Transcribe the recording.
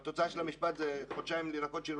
התוצאה של המשפט חודשיים לנקות שירותים,